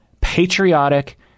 patriotic